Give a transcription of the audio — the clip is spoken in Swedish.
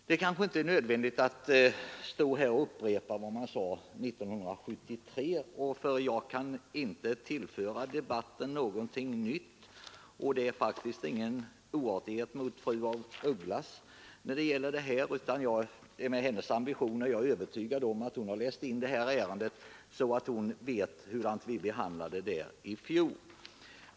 Det kanske inte är nödvändigt att jag upprepar vad jag sade 1973, eftersom jag inte kan tillföra debatten någonting nytt. Det är faktiskt ingen oartighet mot fru af Ugglas att jag inte bemöter allt hon sade. Jag är övertygad om att hon med sin ambition har läst in det här ärendet så att hon vet hur vi behandlade frågan i fjol.